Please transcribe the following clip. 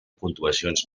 puntuacions